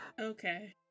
Okay